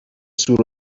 سور